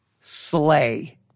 slay